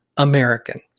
American